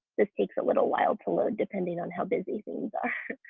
this takes a little while to load depending on how busy things are.